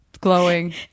glowing